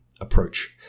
approach